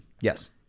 Yes